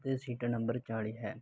ਅਤੇ seat number ਚਾਲ੍ਹੀ ਹੈ